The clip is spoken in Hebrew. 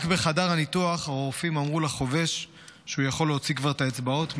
רק בחדר הניתוח הרופאים אמרו לחובש שהוא יכול להוציא כבר את האצבעות,